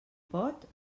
pot